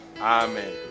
Amen